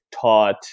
taught